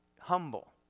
humble